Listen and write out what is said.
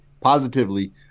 positively